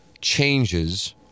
changes